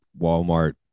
walmart